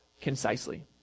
concisely